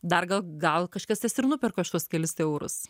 dar gal gal kažkas jas ir nuperka už tuos kelis eurus